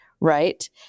Right